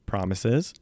promises